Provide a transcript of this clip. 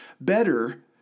better